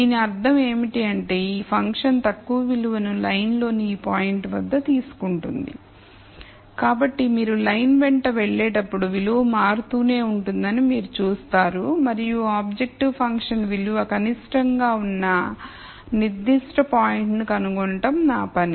దీని అర్థం ఏమిటి అంటే ఈ ఫంక్షన్ తక్కువ విలువ ను లైన్ లోని ఈ పాయింట్ వద్ద తీసుకుంటుంది కాబట్టి మీరు లైన్ వెంట వెళ్ళేటప్పుడు విలువ మారుతూనే ఉంటుందని మీరు చూస్తారు మరియు ఆబ్జెక్టివ్ ఫంక్షన్ విలువ కనిష్టంగా ఉన్న నిర్దిష్ట పాయింట్ను కనుగొనడం నా పని